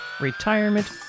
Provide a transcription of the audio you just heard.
retirement